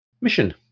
mission